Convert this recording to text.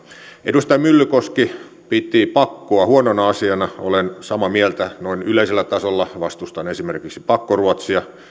edustaja myllykoski piti pakkoa huonona asiana olen samaa mieltä noin yleisellä tasolla vastustan esimerkiksi pakkoruotsia